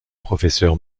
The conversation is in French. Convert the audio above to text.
professeur